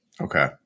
Okay